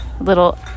Little